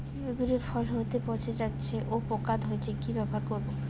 বেগুনের ফল হতেই পচে যাচ্ছে ও পোকা ধরছে কি ব্যবহার করব?